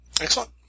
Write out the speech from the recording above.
Excellent